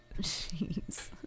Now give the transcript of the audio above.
Jeez